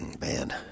man